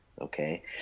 okay